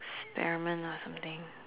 experiment lah something